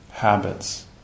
habits